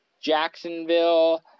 Jacksonville